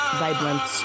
vibrant